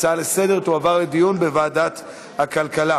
ההצעה לסדר-היום תועבר לדיון בוועדת הכלכלה.